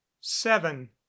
seven